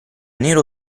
nero